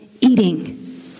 eating